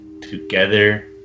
together